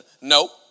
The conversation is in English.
no